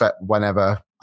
whenever